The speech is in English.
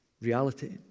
reality